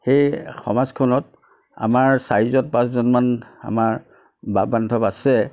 সেই সমাজখনত আমাৰ চাৰিজন পাঁচজনমান আমাৰ বাপ বান্ধৱ আছে